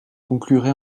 conclurai